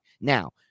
Now